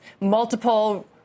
multiple